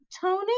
tony